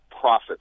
profit